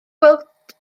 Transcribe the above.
gweld